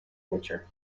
pitcher